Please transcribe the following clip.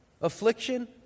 Affliction